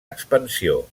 expansió